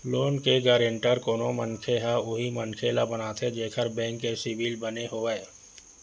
loan के guarantor कोनो मनखे ह उही मनखे ल बनाथे जेखर बेंक के सिविल बने होवय